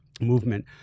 movement